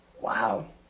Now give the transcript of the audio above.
wow